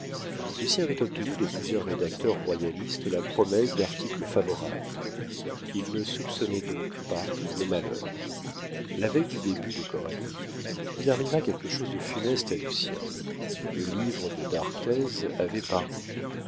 coralie lucien avait obtenu de plusieurs rédacteurs royalistes la promesse d'articles favorables il ne soupçonnait donc pas le malheur la veille du début de coralie il arriva quelque chose de funeste à lucien le livre de d'arthez avait paru